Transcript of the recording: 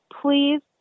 please